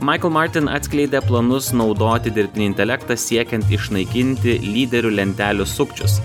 michael martin atskleidė planus naudoti dirbtinį intelektą siekiant išnaikinti lyderių lentelių sukčius